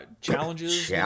challenges